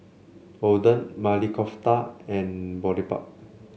Oden Maili Kofta and Boribap